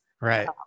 Right